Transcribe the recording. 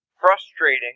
frustrating